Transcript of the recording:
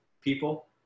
people